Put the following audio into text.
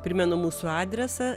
primenu mūsų adresą